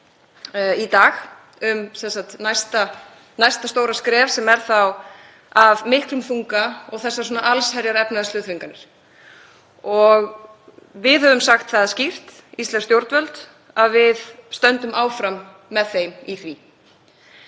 í dag um næsta stóra skref sem yrði þá stigið af miklum þunga, og þessar allsherjarefnahagslegu þvinganir. Við höfum sagt það skýrt, íslensk stjórnvöld, að við stöndum áfram með þeim í því.